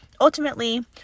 Ultimately